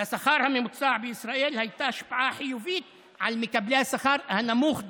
לשכר הממוצע בישראל הייתה השפעה חיובית על מקבלי השכר הנמוך דווקא.